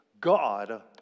God